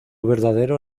verdadero